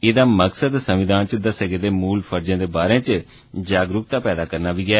एदा उद्देश्य संविधान च दस्से दे मूल फर्जें दे बारे च जागरुकता पैदा करना बी ऐ